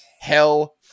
Hell